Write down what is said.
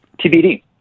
TBD